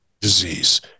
disease